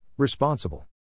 Responsible